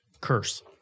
curse